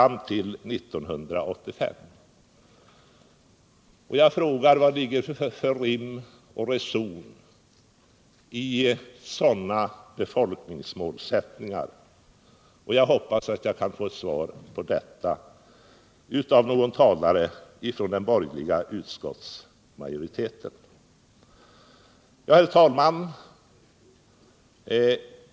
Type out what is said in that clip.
Jag frågar: Vad är det för rim och reson i sådana befolkningsmålsättningar? Jag hoppas att jag kan få ett svar på detta från någon företrädare för den borgerliga utskottsmajoriteten. Herr talman!